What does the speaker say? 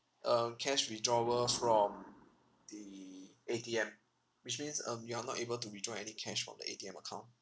uh cash withdrawal from the A_T_M which means um you are not able to withdraw any cash from the A_T_M account